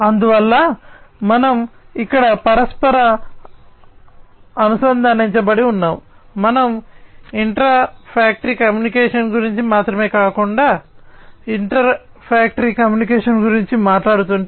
అందువల్ల మనం ఇక్కడ పరస్పరం అనుసంధానించబడి ఉన్నాము మనం ఇంట్రా ఫ్యాక్టరీ కమ్యూనికేషన్ గురించి మాత్రమే కాకుండా ఇంటర్ ఫ్యాక్టరీ కమ్యూనికేషన్ గురించి కూడా మాట్లాడుతుంటే